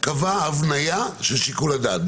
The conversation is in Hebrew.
קבע הבניה של שיקול הדעת,